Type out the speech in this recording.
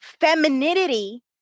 femininity